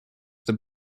the